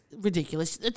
ridiculous